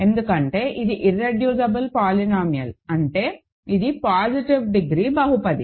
ఎందుకంటే ఇది irreducible polynomial అంటే ఇది పాజిటివ్ డిగ్రీ బహుపది